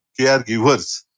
caregivers